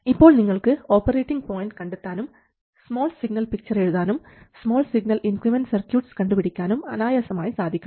ഇപ്പോൾ നിങ്ങൾക്ക് operating point കണ്ടെത്താനും സ്മാൾ സിഗ്നൽ പിക്ചർ എഴുതാനും സ്മാൾ സിഗ്നൽ ഇൻക്രിമെൻറൽ സർക്യൂട്ട്സ് കണ്ടുപിടിക്കാനും അനായാസമായി സാധിക്കണം